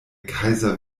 kaiser